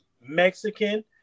Mexican